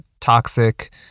Toxic